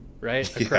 right